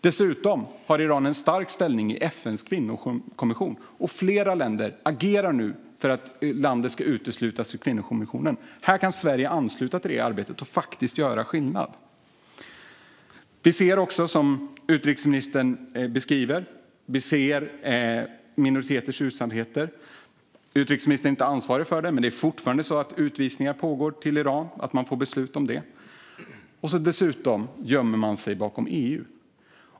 Dessutom har Iran en stark ställning i FN:s kvinnokommission, och flera länder agerar nu för att landet ska uteslutas från kvinnokommissionen. Här kan Sverige ansluta sig till det arbetet och faktiskt göra skillnad. Vi ser också minoriteters utsatthet, som utrikesministern beskriver. Utrikesministern inte ansvarig för det, men det pågår fortfarande utvisningar till Iran. Sådana beslut fattas. Dessutom gömmer man sig bakom EU.